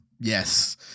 Yes